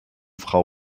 frau